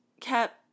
kept